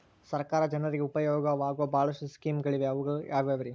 ಸರ್ಕಾರ ಜನರಿಗೆ ಉಪಯೋಗವಾಗೋ ಬಹಳಷ್ಟು ಸ್ಕೇಮುಗಳಿವೆ ಅವು ಯಾವ್ಯಾವ್ರಿ?